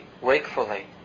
wakefully